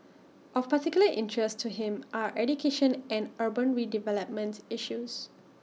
of particular interest to him are education and urban redevelopment issues